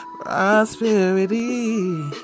prosperity